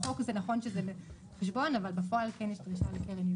בחוק נכון שזה חשבון, אבל בפועל כן נדרשה קרן.